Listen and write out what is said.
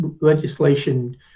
legislation